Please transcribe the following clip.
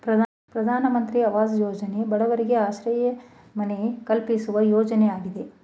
ಪ್ರಧಾನಮಂತ್ರಿ ಅವಾಜ್ ಯೋಜನೆ ಬಡವರಿಗೆ ಆಶ್ರಯ ಮನೆ ಕಲ್ಪಿಸುವ ಯೋಜನೆಯಾಗಿದೆ